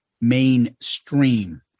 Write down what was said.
Mainstream